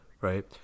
right